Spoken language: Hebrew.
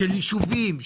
של יישובים,